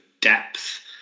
depth